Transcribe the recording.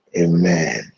Amen